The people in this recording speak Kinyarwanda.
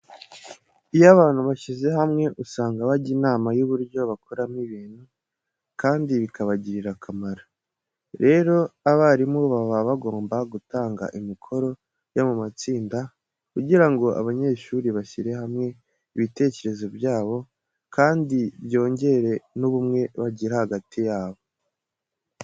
Iyo abantu bashyize hamwe usanga bajya inama y'uburyo bakoramo ibintu, kandi bikabagirira akamaro. Rero, abarimu baba bagomba gutanga imikoro yo mu matsinda kugira ngo abanyeshuri bashyire hamwe ibitekerezo byabo kandi byongere n'ubumwe bagirana hagati yabo.